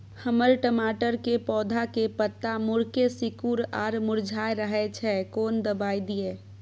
हमर टमाटर के पौधा के पत्ता मुड़के सिकुर आर मुरझाय रहै छै, कोन दबाय दिये?